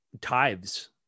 tithes